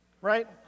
right